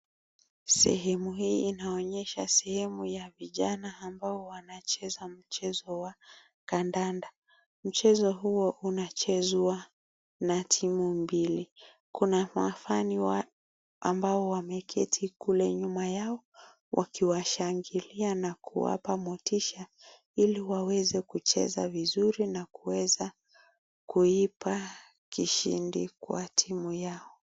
Sehemu hii inaonyesha sehemu ya vijana ambao wanacheza mchezo wa kandanda. Mchezo huo unachezwa na timu mbili. Kuna ma [fan] ambao wameketi kule nyuma yao wakiwashangilia na kuwapa motisha ili waweze kucheza vizuri na kuweza kuipa kishindi kwa timu yao.